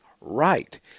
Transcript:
right